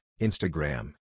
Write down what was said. Instagram